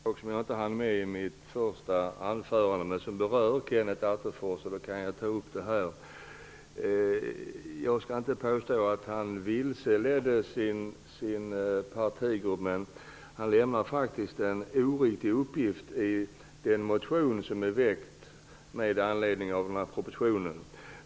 Herr talman! Det var en sak som jag inte hann med i mitt första anförande men som berör Kenneth Attefors. Jag kan ta upp det här. Jag skall inte påstå att han vilseledde sin partigrupp, men han lämnade faktiskt en oriktig uppgift i den motion som väckts med anledning av den här propositionen.